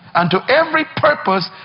and to every purpose,